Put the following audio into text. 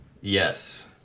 Yes